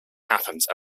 happened